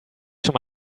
schon